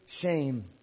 shame